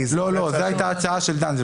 זו הייתה ההצעה של דן.